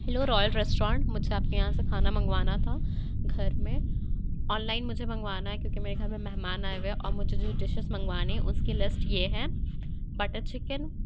hello royal restaurant مجھے آپ کے یہاں سے کھانا منگوانا تھا گھر میں آن لائن مجھے منگوانا ہے کیوں کہ میرے گھر میں مہمان آئے ہوئے ہیں اور مجھے جو ڈشیز منگوانے ہیں اس کی لسٹ یہ ہے بٹر چکن